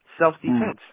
Self-defense